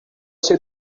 sei